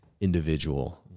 individual